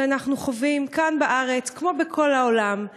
שאנחנו חווים כאן בארץ כמו בכל העולם,